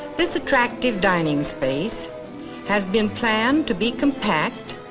this attractive dining space has been planned to be compact,